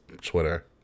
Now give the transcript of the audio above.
Twitter